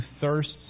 thirsts